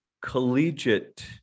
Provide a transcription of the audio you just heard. collegiate